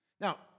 Now